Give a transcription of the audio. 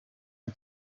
nta